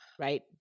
Right